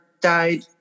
died